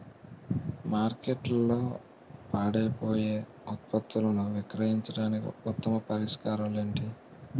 మార్కెట్లో పాడైపోయే ఉత్పత్తులను విక్రయించడానికి ఉత్తమ పరిష్కారాలు ఏంటి?